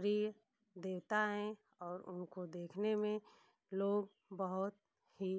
प्रिय देवता हैं और उनको देखने में लोग बहुत ही